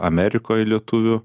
amerikoj lietuvių